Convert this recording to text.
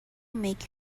make